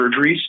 surgeries